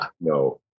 no